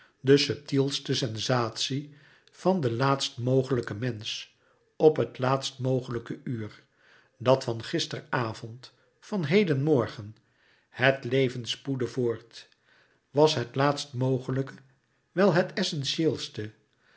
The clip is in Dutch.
de subtielste sensatie van den laatst mogelijken mensch op het laatst mogelijke uur dat van gisteren avond van heden morgen het leven spoedde voort was het laatst mogelijke wel het essentieelste